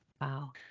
Wow